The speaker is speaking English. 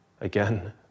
again